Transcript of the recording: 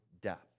death